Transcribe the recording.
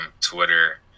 Twitter